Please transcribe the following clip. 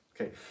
Okay